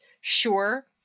Sure